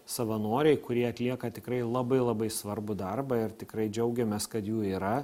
savanoriai kurie atlieka tikrai labai labai svarbų darbą ir tikrai džiaugiamės kad jų yra